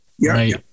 right